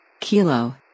Kilo